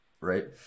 Right